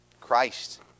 Christ